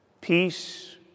Peace